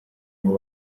ngo